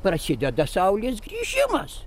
prasideda saulės grįžimas